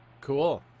Cool